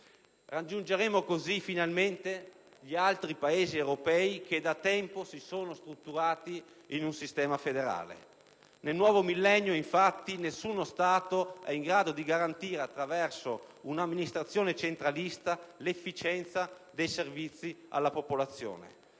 Raggiungeremo così finalmente gli altri Paesi europei, che da tempo si sono strutturati in un sistema federale. Nel nuovo millennio, infatti, nessuno Stato è in grado di garantire, attraverso un'amministrazione centralista, l'efficienza dei servizi alla popolazione.